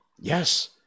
Yes